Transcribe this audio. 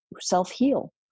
self-heal